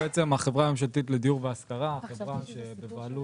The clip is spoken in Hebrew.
שהוא מענה באמצעות הפרויקטים של המדינה שאנחנו מבצעים